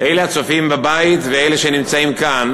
אלה הצופים בבית ואלה שנמצאים כאן